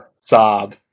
sob